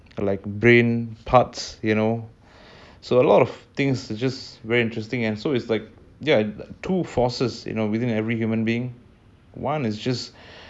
someone keeps at her farm you find the farm bull they're a lot tamer and calmer and sterilised